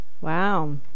Wow